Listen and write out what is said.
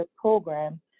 program